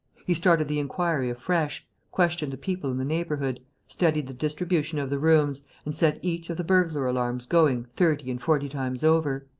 he started the inquiry afresh, questioned the people in the neighbourhood, studied the distribution of the rooms and set each of the burglar-alarms going thirty and forty times over.